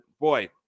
boy